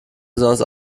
besonders